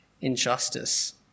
injustice